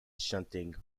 shunting